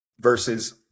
versus